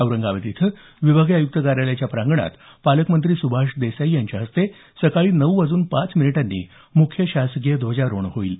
औरंगाबाद इथं विभागीय आयुक्त कार्यालयाच्या प्रांगणात पालकमंत्री सुभाष देसाई यांच्या हस्ते सकाळी नऊ वाजून पाच मिनिटांनी मुख्य शासकीय ध्वजारोहण होईल